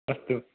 अस्तु